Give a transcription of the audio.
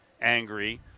angry